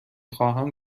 خواهم